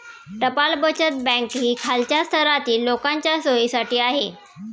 टपाल बचत बँक ही खालच्या स्तरातील लोकांच्या सोयीसाठी आहे